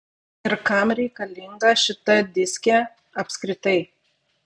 ir kam reikalinga šita diskė apskritai